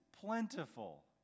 plentiful